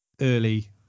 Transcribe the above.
early